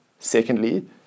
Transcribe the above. Secondly